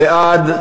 בעד,